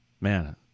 man